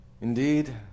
Indeed